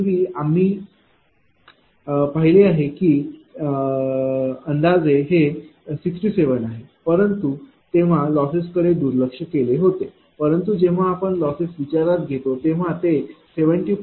पूर्वी आम्ही पाहिले की हे अंदाजे 67 आहे परंतु तेव्हा लॉसेसकडे दुर्लक्ष केले होते परंतु जेव्हा आपण लॉसेस विचारात घेतो तेव्हा ते 70